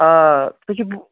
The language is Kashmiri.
آ سُہ چھُ